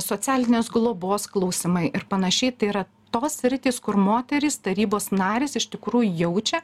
socialinės globos klausimai ir panašiai tai yra tos sritys kur moterys tarybos narės iš tikrųjų jaučia